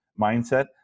mindset